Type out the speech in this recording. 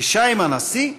פגישה עם הנשיא?